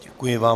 Děkuji vám.